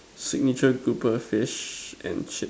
signature grouper fish and chip